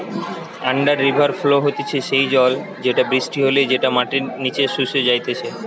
under river flow হতিছে সেই জল যেটা বৃষ্টি হলে যেটা মাটির নিচে শুষে যাইতিছে